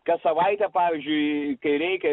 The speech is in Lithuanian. kas savaitę pavyzdžiui kai reikia